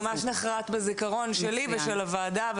נחרת בזיכרון שלי ושל הוועדה,